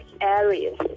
areas